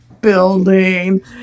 building